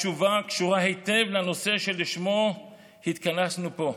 התשובה קשורה היטב לנושא שלשמו התכנסנו פה: